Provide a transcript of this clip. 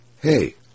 Hey